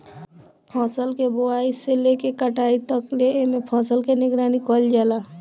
फसल के बोआई से लेके कटाई तकले एमे फसल के निगरानी कईल जाला